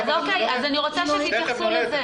אני רוצה שתתייחסו לזה.